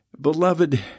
Beloved